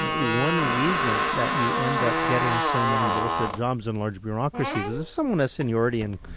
one reason that you end up getting so many bull so jobs in large bureaucracies is if someone has seniority and,